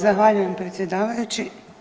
Zahvaljujem predsjedavajući.